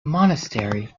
monastery